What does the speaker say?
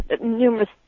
numerous